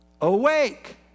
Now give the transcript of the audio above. awake